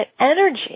energy